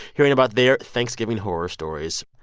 hearing about their thanksgiving horror stories.